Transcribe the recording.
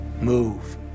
move